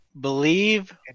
believe